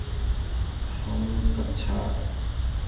हम कक्षा